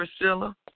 Priscilla